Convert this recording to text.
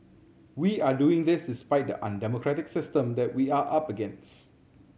we are doing this despite the undemocratic system that we are up against